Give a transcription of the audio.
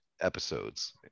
episodes